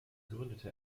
gründete